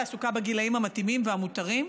תעסוקה בגילים המתאימים והמותרים,